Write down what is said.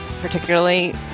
particularly